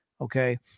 okay